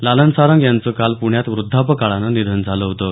लालन सारंग यांचं काल प्ण्यात वृद्धापकाळानं निधन झालं होतं